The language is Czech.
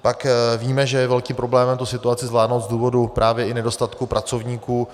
Pak víme, že je velkým problémem situaci zvládnout z důvodu právě i nedostatku pracovníků.